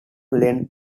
length